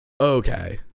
okay